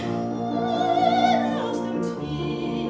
to me